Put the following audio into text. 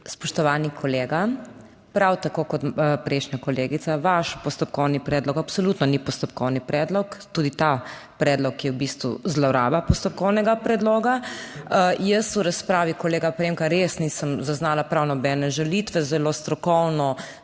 Spoštovani kolega, prav tako kot prejšnja kolegica vaš postopkovni predlog absolutno ni postopkovni predlog. Tudi ta predlog je v bistvu zloraba postopkovnega predloga. Jaz v razpravi kolega Premka res nisem zaznala prav nobene žalitve, zelo strokovno